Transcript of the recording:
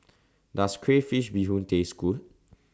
Does Crayfish Beehoon Taste Good